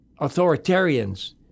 authoritarians